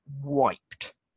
wiped